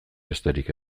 besterik